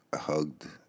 hugged